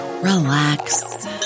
relax